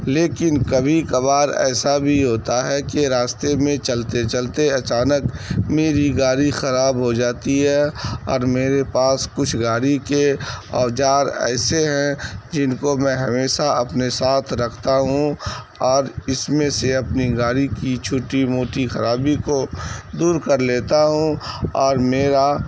لیکن کبھی کبھار ایسا بھی ہوتا ہے کہ راستے میں چلتے چلتے اچانک میری گاڑی خراب ہو جاتی ہے اور میرے پاس کچھ گاڑی کے اوزار ایسے ہیں جن کو میں ہمیشہ اپنے ساتھ رکھتا ہوں اور اس میں سے اپنی گاڑی کی چھوٹی موٹی خرابی کو دور کر لیتا ہوں اور میرا